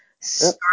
Start